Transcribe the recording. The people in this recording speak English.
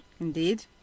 Indeed